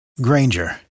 Granger